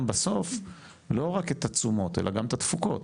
בסוף לא רק את התשומות אלא גם את התפוקות?